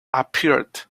appeared